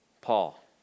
Paul